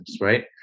right